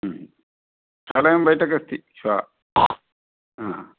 sudden बैठक् अस्ति श्वः हा